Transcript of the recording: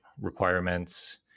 requirements